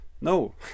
No